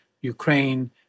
Ukraine